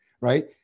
right